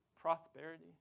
prosperity